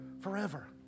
forever